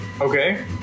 Okay